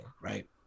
right